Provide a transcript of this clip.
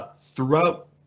throughout